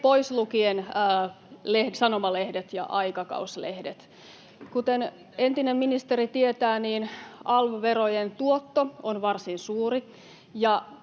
pois lukien sanomalehdet ja aikakauslehdet. Kuten entinen ministeri tietää, alv-verojen tuotto on varsin suuri,